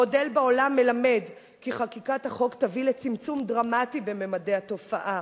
המודל בעולם מלמד כי חקיקת החוק תביא לצמצום דרמטי בממדי התופעה.